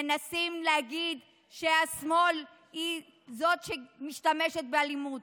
מנסים להגיד שהשמאל הוא זה שמשתמש באלימות